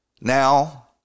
now